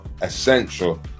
essential